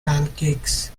pancakes